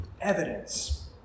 evidence